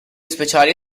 speciali